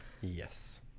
yes